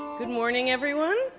good morning, everyone.